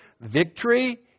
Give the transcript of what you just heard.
Victory